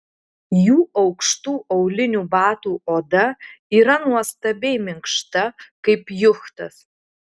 jų aukštų aulinių batų oda yra nuostabiai minkšta kaip juchtas